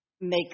makes